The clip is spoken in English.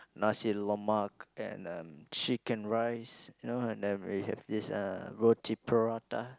nasi-lemak and um chicken-rice you know then we have this uh roti prata